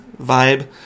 vibe